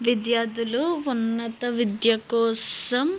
విద్యార్థులు ఉన్నత విద్య కోసం